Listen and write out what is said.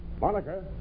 Monica